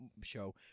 show